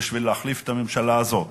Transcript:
כדי להחליף את הממשלה הזאת